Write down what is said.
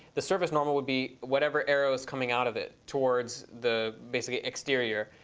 the surface normal would be whatever arrow is coming out of it towards the basically exterior.